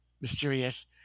mysterious